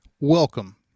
welcome